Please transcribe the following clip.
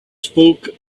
spoke